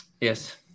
Yes